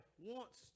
wants